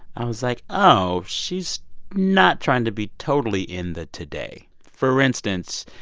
i was like, oh, she's not trying to be totally in the today. for instance,